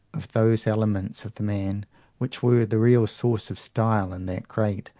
of those elements of the man which were the real source of style in that great,